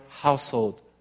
household